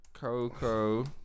Coco